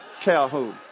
Calhoun